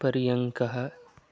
पर्यङ्कः